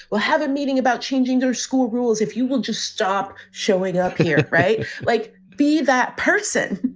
we'll have a meeting about changing their school rules, if you will. just stop showing up here. right. like, be that person.